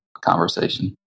conversation